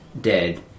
dead